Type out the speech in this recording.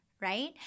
right